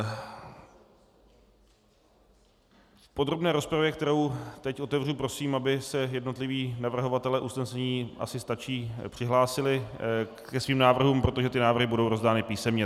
V podrobné rozpravě, kterou teď otevřu, prosím, aby se jednotliví navrhovatelé usnesení, asi stačí, přihlásili ke svým návrhům, protože ty návrhy budou rozdány písemně.